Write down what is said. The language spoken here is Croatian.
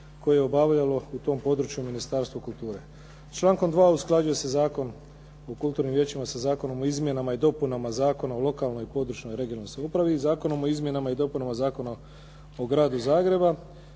koje je obavljalo u tom području Ministarstvo kulture. Člankom 2. usklađuje Zakon o kulturnim vijećima sa Zakonom o izmjenama i dopunama Zakona o lokalnoj i područnoj (regionalnoj) samoupravi i Zakonom o izmjenama i dopunama Zakona o Gradu Zagrebu.